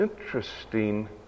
Interesting